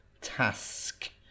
task